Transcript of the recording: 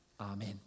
Amen